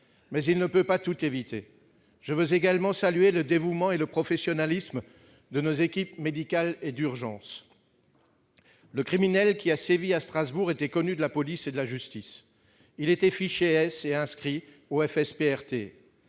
Mais il ne peut pas tout éviter. Je veux également saluer le dévouement et le professionnalisme de nos équipes médicales et d'urgence. Le criminel qui a sévi à Strasbourg était connu de la police et de la justice. Il était « fiché S » et inscrit au